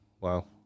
wow